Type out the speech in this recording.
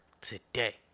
today